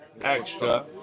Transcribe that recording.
extra